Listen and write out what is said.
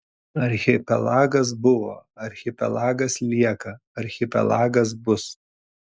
archipelagas buvo archipelagas lieka archipelagas bus